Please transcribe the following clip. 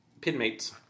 Pinmates